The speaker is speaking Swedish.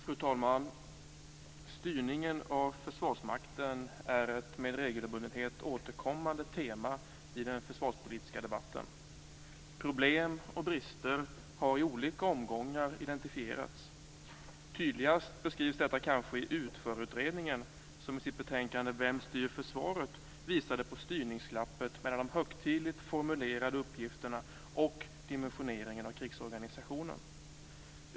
Fru talman! Styrningen av Försvarsmakten är ett med regelbundenhet återkommande tema i den försvarspolitiska debatten. Problem och brister har identifierats i olika omgångar. Tydligast beskrivs detta kanske i UTFÖR-utredningen, som i sitt betänkande Vem styr försvaret? visade på styrningsglappet mellan de högtidligt formulerade uppgifterna och dimensioneringen av krigsorganisationen.